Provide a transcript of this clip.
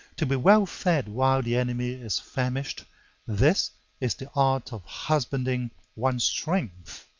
to be well-fed while the enemy is famished this is the art of husbanding one's strength.